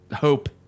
hope